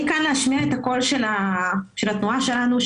אני כאן להשמיע את הקול של התנועה שלנו,